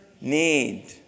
need